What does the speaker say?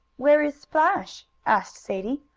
where is splash? asked sadie.